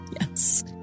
Yes